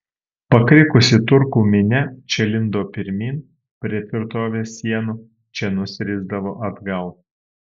pakrikusi turkų minia čia lindo pirmyn prie tvirtovės sienų čia nusirisdavo atgal